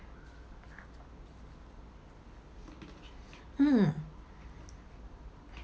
mm